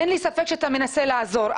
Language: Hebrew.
אין לי ספק שאתה מנסה לעזור,